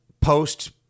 post